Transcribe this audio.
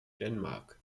denmark